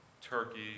Turkey